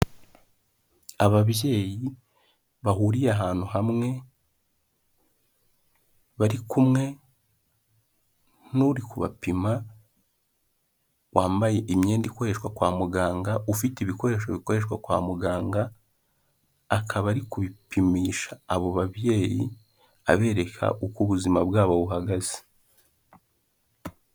Ababyeyi bahuriye ahantu hamwe, bari kumwe n'uri kubapima wambaye imyenda ikoreshwa kwa muganga ufite ibikoresho bikoreshwa kwa muganga, akaba ari kubipimisha abo babyeyi abereka uko ubuzima bwabo buhagaze.